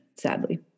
sadly